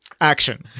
Action